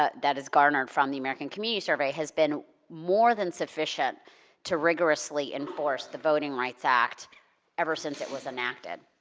ah that is garnered from the american community survey, has been more than sufficient to rigorously enforce the voting rights act ever since it was enacted.